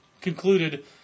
concluded